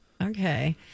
Okay